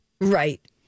Right